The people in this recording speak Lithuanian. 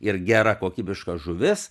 ir gera kokybiška žuvis